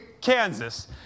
Kansas